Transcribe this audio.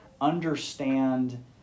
understand